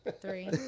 three